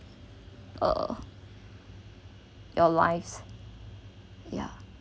uh your lives yeah